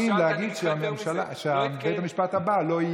להגיד לך שיש פניות כבר ממקומות רבים בעולם,